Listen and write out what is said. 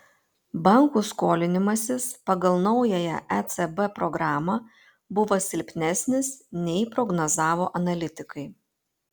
bankų skolinimasis pagal naująją ecb programą buvo silpnesnis nei prognozavo analitikai